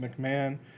McMahon